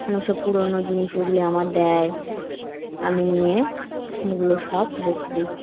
মানে ওসব পুরোনো জিনিস উঠলে আমার দেয় আমি নিয়ে ওগুলো সব রেখে দিই